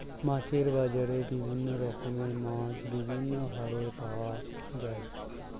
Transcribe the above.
মাছের বাজারে বিভিন্ন রকমের মাছ বিভিন্ন হারে পাওয়া যায়